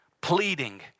pleading